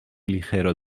ligero